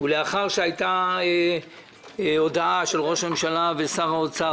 לאחר שהייתה הודעה של ראש הממשלה ושל שר האוצר